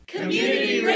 Community